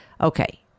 Okay